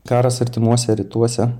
karas artimuose rytuose